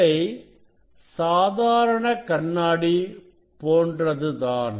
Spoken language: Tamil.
இவை சாதாரண கண்ணாடி போன்றதுதான்